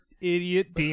idiot